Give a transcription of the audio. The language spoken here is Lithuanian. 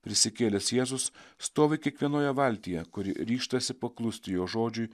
prisikėlęs jėzus stovi kiekvienoje valtyje kuri ryžtasi paklusti jo žodžiui